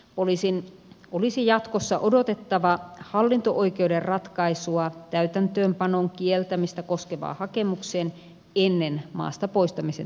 poliisin olisi jatkossa odotettava hallinto oikeuden ratkaisua täytäntöönpanon kieltämistä koskevaan hakemukseen ennen maasta poistamisen täytäntöönpanoa